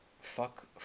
fuck